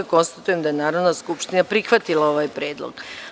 Konstatujem da je Narodna skupština prihvatila ovaj predlog.